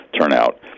turnout